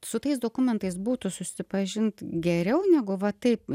su tais dokumentais būtų susipažint geriau negu va taip